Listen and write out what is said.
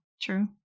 True